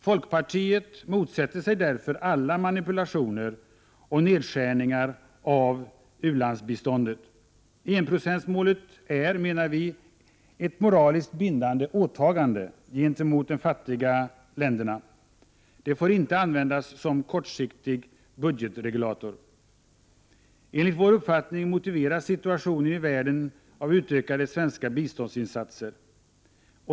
Folkpartiet motsätter sig därför alla manipulationer och nedskärningar av | u-landsbiståndet. Vi menar att enprocentsmålet är ett moraliskt bindande åtagande gentemot de fattiga länderna. Det får inte användas som kortsiktig budgetregulator. Enligt vår uppfattning motiverar situationen i världen utökade svenska biståndsinsatser.